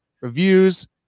reviews